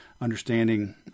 understanding